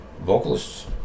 vocalists